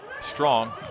strong